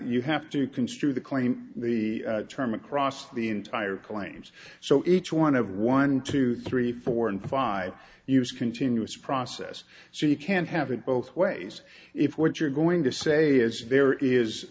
you have to construe the claim the term across the entire claims so each one of one two three four and five years continuous process so you can't have it both ways if what you're going to say is there is